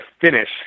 finish